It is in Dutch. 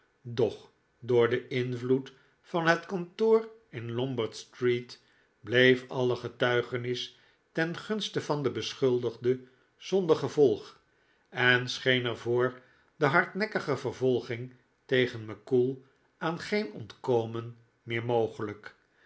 doch door den invloed van het kantoor in lombardstreet bleef alle getuigenis ten gunste van den beschuldigde zonder gevolg en scheen er voor de hardnekkige vervolging tegen mackoull aan geen ontkomen meer mogelyk